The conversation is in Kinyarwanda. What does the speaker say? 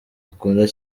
akunda